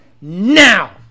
now